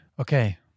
Okay